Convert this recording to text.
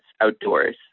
outdoors